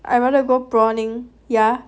I'd rather go prawning yeah